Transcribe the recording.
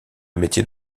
métier